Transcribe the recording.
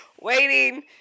waiting